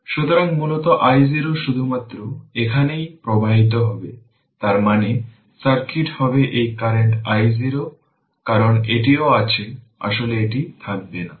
সুতরাং মূলত i0 শুধুমাত্র এখানেই প্রবাহিত হবে তার মানে সার্কিট হবে এই কারেন্ট i0 হবে কারণ এটিও আছে তাহলে এটি থাকবে না